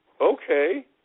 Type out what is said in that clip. okay